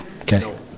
okay